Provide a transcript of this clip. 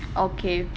okay